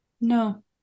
no